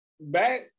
back